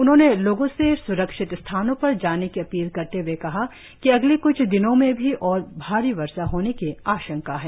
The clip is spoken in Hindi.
उन्होंने लोगों से स्रक्षित स्थानों पर जाने की अपील करते हुए कहा कि अगले क्छ दिनों में भी और भारी वर्षा होने की आशंका है